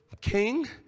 King